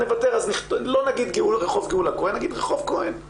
אז לא נגיד רחוב גאולה כהן אלא נגיד רחוב כהן,